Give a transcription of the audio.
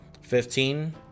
Fifteen